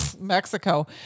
mexico